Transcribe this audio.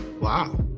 Wow